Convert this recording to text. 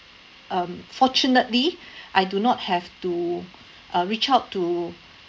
um fortunately I do not have to uh reach out to